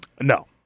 No